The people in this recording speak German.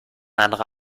andere